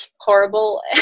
horrible